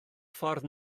ffordd